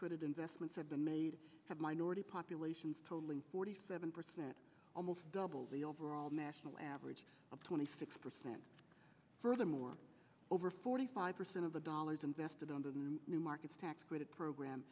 credit investments have been made have minority populations totaling forty seven percent almost double the overall national average of twenty six percent furthermore over forty five percent of the dollars invested under the new markets tax credit program